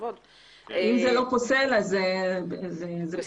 אם זה לא פוסל, בסדר.